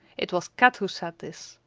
it was kat who said this.